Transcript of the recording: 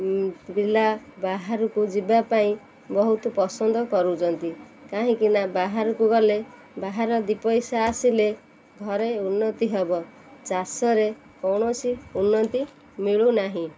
ପିଲା ବାହାରକୁ ଯିବା ପାଇଁ ବହୁତ ପସନ୍ଦ କରୁଛନ୍ତି କାହିଁକି ନା ବାହାରକୁ ଗଲେ ବାହାର ଦୁଇ ପଇସା ଆସିଲେ ଘରେ ଉନ୍ନତି ହେବ ଚାଷରେ କୌଣସି ଉନ୍ନତି ମିଳୁନାହିଁ